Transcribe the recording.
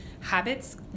habits